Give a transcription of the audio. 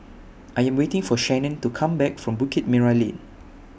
I Am waiting For Shanon to Come Back from Bukit Merah Lane